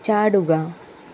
ചാടുക